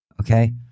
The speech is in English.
okay